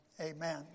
Amen